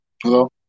Hello